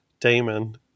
Damon